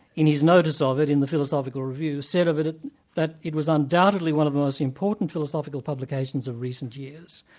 in his notice ah of it in the philosophical review, said of it it that it was undoubtedly one of the most important philosophical publications of recent years',